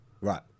Right